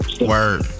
Word